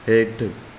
हेठि